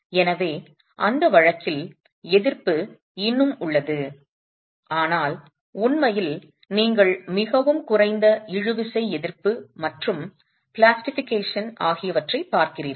எனவே அந்த வழக்கில் எதிர்ப்பு இன்னும் உள்ளது ஆனால் உண்மையில் நீங்கள் மிகவும் குறைந்த இழுவிசை எதிர்ப்பு மற்றும் பிளாஸ்டிஃபிகேஷன் ஆகியவற்றை பார்க்கிறீர்கள்